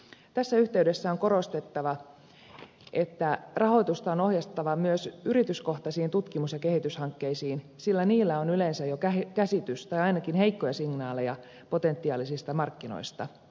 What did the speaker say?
tässä yhteydessä on korostettava että rahoitusta on ohjattava myös yrityskohtaisiin tutkimus ja kehityshankkeisiin sillä niillä on yleensä jo käsitys tai ainakin heikkoja signaaleja potentiaalisista markkinoista